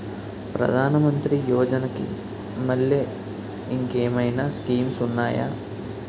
ప్రధాన మంత్రి యోజన కి మల్లె ఇంకేమైనా స్కీమ్స్ ఉన్నాయా?